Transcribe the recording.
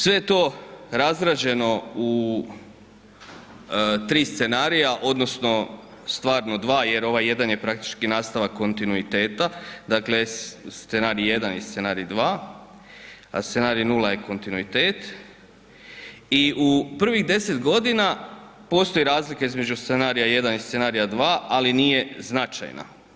Sve to je razrađeno u 3 scenarija odnosno stvarno 2 jer ovaj jedan je praktički nastavak kontinuiteta, dakle scenarij jedan i scenarij dva, a scenarij nula je kontinuitet i u prvih 10.g. postoji razlika između scenarija jedan i scenarija dva, ali nije značajna.